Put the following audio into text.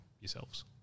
yourselves